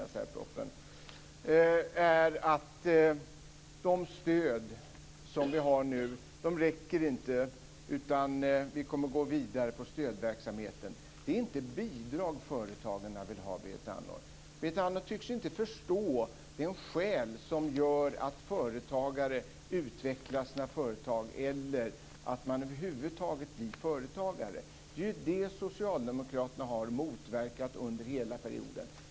Hon säger att de stöd som nu finns inte räcker utan att man kommer att gå vidare med stödverksamheten. Det är inte bidrag som företagarna vill ha. Berit Andnor tycks inte förstå av vilka skäl företagare utvecklar sina företag eller människor över huvud taget blir företagare. Det är det socialdemokraterna har motverkat under hela perioden.